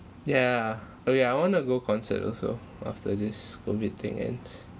yeah oh yeah I want to go concert also after this COVID thing ends